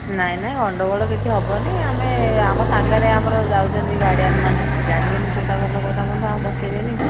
ନାଇଁ ନାଇଁ ଗଣ୍ଡଗୋଳ କିଛି ହେବନି ଆମେ ଆମ ସାଙ୍ଗରେ ଆମର ଯାଉଛନ୍ତି ଗାଡ଼ିଆନ ମାନେ ସେ ଜାଣିବେନି କେଉଁଟା ଭଲ କେଉଁଟା ମନ୍ଦ ଆମକୁ ବସାଇବେନି